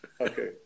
Okay